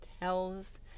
tells